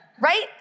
right